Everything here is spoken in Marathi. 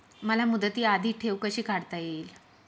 मला मुदती आधी ठेव कशी काढता येईल?